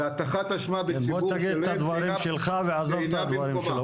תגיד את הדברים שלך ועזוב את הדברים שלו.